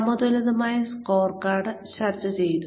സമതുലിതമായ സ്കോർകാർഡ് ചർച്ച ചെയ്തു